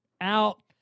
out